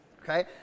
Okay